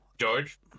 George